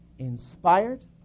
Inspired